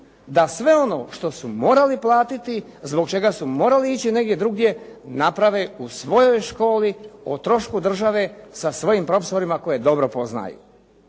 da sve ono što su morali platiti, zbog čega su morali ići negdje drugdje, naprave u svojoj školi o trošku države sa svojim profesorima koje dobro poznaju.